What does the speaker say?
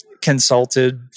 consulted